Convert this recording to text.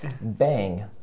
Bang